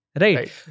Right